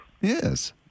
Yes